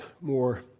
more